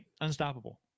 Unstoppable